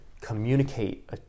communicate